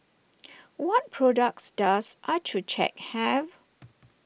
what products does Accucheck have